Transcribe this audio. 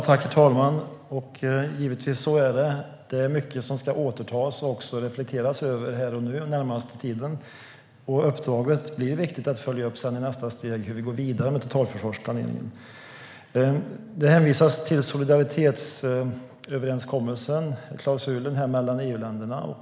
Herr talman! Det är givetvis mycket som ska återtas och reflekteras över den närmaste tiden. Det blir viktigt att följa upp uppdraget, hur vi ska gå vidare med totalförsvarsplaneringen i nästa steg. Det hänvisas till solidaritetsöverenskommelsen, klausulen mellan EU-länderna.